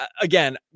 again